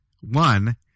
One